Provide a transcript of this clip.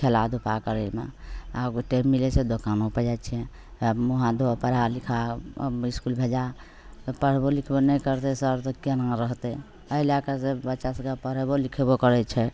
खेला धुपा करैमे आओर ओ टाइम मिलै छै दोकानोपर जाए छै मुँह हाथ धो पढ़ा लिखा इसकुल भेजऽ पढ़बो लिखबो नहि करतै सर तऽ कोना रहतै एहि लैके सब बच्चा सभकेँ पढ़ेबो लिखेबो करै छै